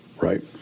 right